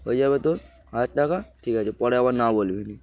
হয়ে যাবে তোর হাজার টাকা ঠিক আছে পরে আবার না বলবি